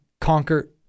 conquer